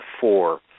four